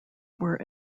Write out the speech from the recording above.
were